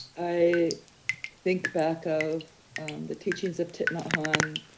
i think back of the teachings of thich nhat hanh,